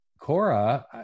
Cora